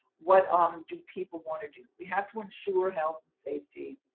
what um do people want to do? we have to ensure health and safety.